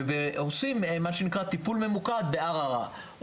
ועושים מה שנקרא טיפול ממוקד בערערה,